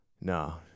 No